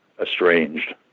estranged